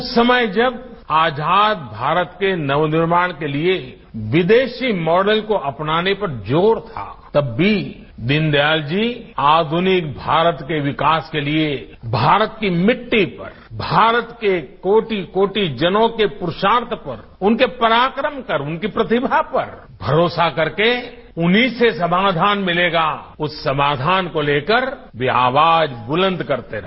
उस समय जब आजाद भारत के नवनिर्माण के लिए विदेशी मॉडल को अपनाने पर जोर था तब भी दीनदयाल जी आधुनिक भारत के विकास के लिए भारत की मिट्टी पर भारत के कोटि कोटि जनों के पुरूषार्थ पर उनके पराक्रम पर उनकी प्रतिभा पर भरोसा करके उन्हीं से समाधान मिलेगा उस समाधान को लेकर वे आवाज बुलंद करते रहे